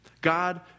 God